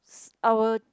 our